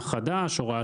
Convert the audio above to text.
הוראה